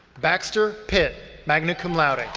baxter pitt, magna cum laude.